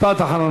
משפט אחרון.